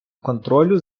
контролю